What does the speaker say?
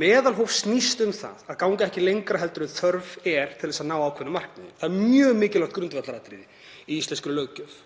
Meðalhóf snýst um það að ganga ekki lengra en þörf er til að ná ákveðnum markmiðum, mjög mikilvægt grundvallaratriði í íslenskri löggjöf.